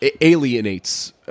alienates